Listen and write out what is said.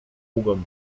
hugon